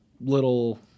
little